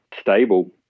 stable